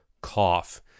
cough